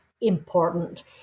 important